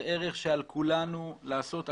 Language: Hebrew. זה ערך שעל כולנו לעשות הכול.